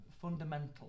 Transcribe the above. fundamental